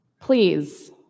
Please